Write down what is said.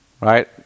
right